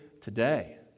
today